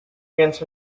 against